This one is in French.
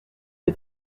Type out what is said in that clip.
est